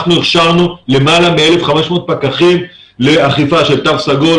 אנחנו הכשרנו למעלה מ-1,500 פקחים לאכיפה של תו סגול,